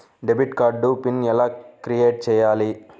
Debit card PIN ఎలా create చెయ్యాలి?